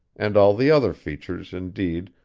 and all the other features, indeed,